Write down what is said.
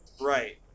Right